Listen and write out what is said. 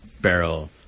barrel